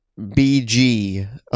bg